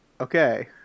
okay